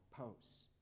posts